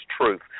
truth